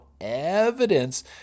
evidence